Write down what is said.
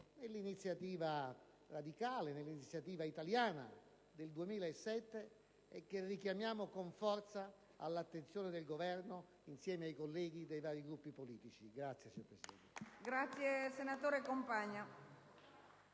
nell'iniziativa radicale e nell'iniziativa italiana del 2007, che richiamiamo con forza all'attenzione del Governo, insieme ai colleghi dei vari Gruppi politici. *(Applausi dal